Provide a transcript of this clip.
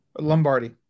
Lombardi